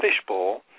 fishbowl